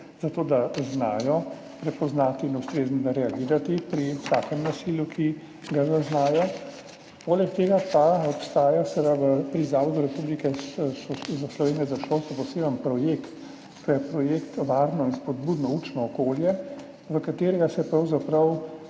zato da znajo prepoznati in ustrezno reagirati pri vsakem nasilju, ki ga zaznajo. Poleg tega pa obstaja seveda pri Zavodu Republike Slovenijo za šolstvo poseben projekt, to je projekt Varno in spodbudno učno okolje, v katerem se izvaja